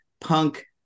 punk